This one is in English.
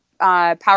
power